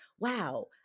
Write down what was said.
wow